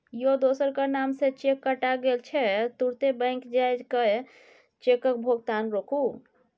यौ दोसरक नाम सँ चेक कटा गेल छै तुरते बैंक जाए कय चेकक भोगतान रोकु